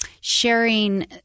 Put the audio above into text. sharing